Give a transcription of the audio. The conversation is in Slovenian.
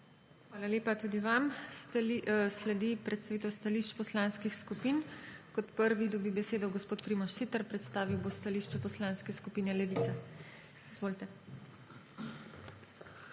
Hvala lepa tudi vam. Sledi predstavitev stališč poslanskih skupin. Kot prvi dobi besedo gospod Primož Siter. Predstavil bo stališče Poslanske skupine Levica. Izvolite.